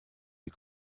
die